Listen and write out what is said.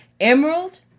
Emerald